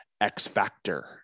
X-factor